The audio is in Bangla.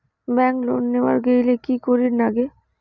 ব্যাংক লোন নেওয়ার গেইলে কি করীর নাগে?